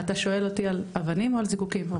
אתה שואל אותי על אבנים, או על זיקוקים?